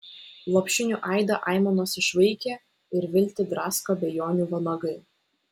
lopšinių aidą aimanos išvaikė ir viltį drasko abejonių vanagai